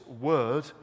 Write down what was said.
word